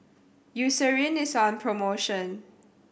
Eucerin is on promotion